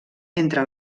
entre